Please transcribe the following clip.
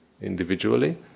individually